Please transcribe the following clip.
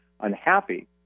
unhappy